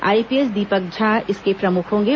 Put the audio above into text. IPS Deepak Jha इसके प्रमुख होंगे